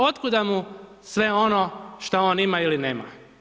Od kuda mu sve ono što on ima ili nema?